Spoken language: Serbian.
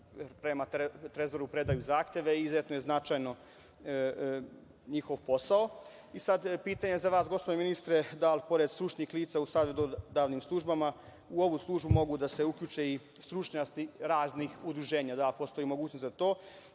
prema Trezoru predaju zahteve i izuzetno je značajan njihov posao. Sada pitanje za vas, gospodine ministre, glasi – da li, pored stručnih lica u savetodavnim službama, u ovu službu mogu da se uključe i stručnjaci raznih udruženja, da li postoji mogućnost za to?